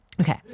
Okay